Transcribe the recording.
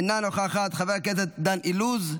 אינה נוכחת, חבר הכנסת דן אילוז,